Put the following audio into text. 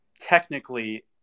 technically